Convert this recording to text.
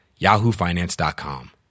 yahoofinance.com